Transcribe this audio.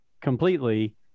completely